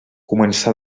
començà